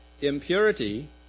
Impurity